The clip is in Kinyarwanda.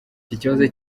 ikibazo